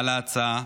על ההצעה,